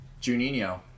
Juninho